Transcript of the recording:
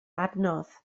adnodd